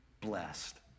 blessed